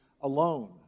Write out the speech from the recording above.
alone